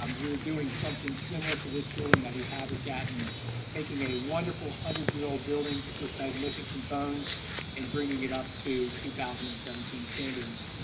um we're doing something similar to this building that we have gotten taking a wonderful hundred-year-old building with magnificent bones and bringing it up to two thousand and seventeen standards.